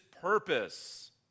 purpose